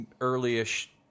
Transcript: early-ish